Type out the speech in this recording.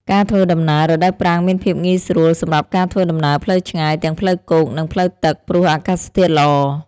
ការធ្វើដំណើរ រដូវប្រាំងមានភាពងាយស្រួលសម្រាប់ការធ្វើដំណើរផ្លូវឆ្ងាយ ទាំងផ្លូវគោក និងផ្លូវទឹក ព្រោះអាកាសធាតុល្អ។